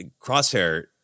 Crosshair